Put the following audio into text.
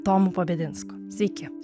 tomu pabedinsku sveiki